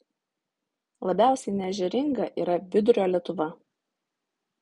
labiausiai neežeringa yra vidurio lietuva